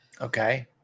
Okay